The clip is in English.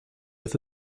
with